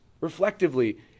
reflectively